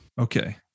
Okay